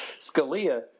Scalia